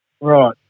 Right